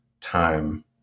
time